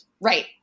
right